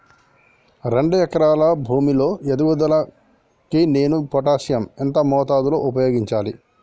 రెండు ఎకరాల భూమి లో ఎదుగుదలకి నేను పొటాషియం ఎంత మోతాదు లో ఉపయోగించాలి?